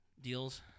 deals